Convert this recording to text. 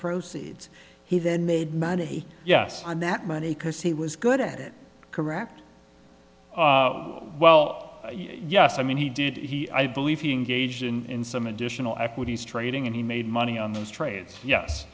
proceeds he then made money yes on that money because he was good at it correct well yes i mean he did he i believe he engaged in some additional equities trading and he made money on those trades yes